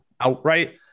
outright